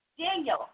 Daniel